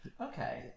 Okay